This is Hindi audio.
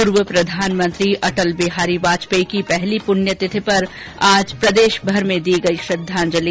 पूर्व प्रधानमंत्री अटल बिहारी वाजपेयी की पहली पुण्यतिथि पर आज प्रदेशभर में दी गई श्रृद्वांजलि